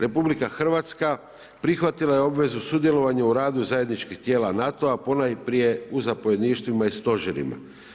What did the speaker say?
RH prihvatila je obvezu sudjelovanja u radu zajedničkih tijela NATO-a, ponajprije u zapovjedništvima i stožerima.